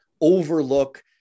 overlook